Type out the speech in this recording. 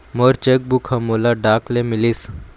मोर cheque book ह मोला डाक ले मिलिस